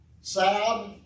sad